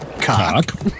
Cock